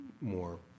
more